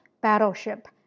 Battleship